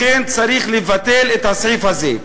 לכן צריך לבטל את הסעיף הזה.